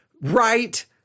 right